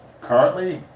currently